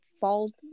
falls